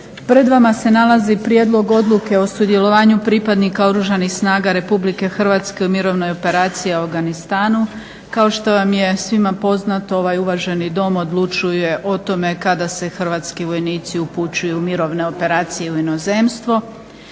Pred vama se nalazi Prijedlog odluke o sudjelovanju pripadnika Oružanih snaga Republike Hrvatske u mirovnoj operaciji u Afganistanu (ISAF). Kao što vam je svima poznato, ovaj uvaženi dom odlučuje o tome kada se hrvatski vojnici upućuju u mirovne operacije u inozemstvo.